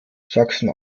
sachsen